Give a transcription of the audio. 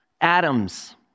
Atoms